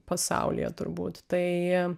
pasaulyje turbūt tai